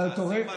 אבל אתה רואה,